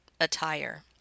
attire